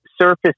Surface